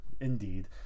Indeed